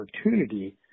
opportunity